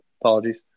apologies